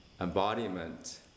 embodiment